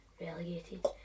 Relegated